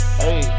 hey